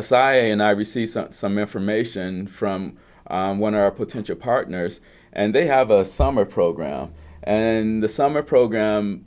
asya and i received some information from one of our potential partners and they have a summer program and the summer program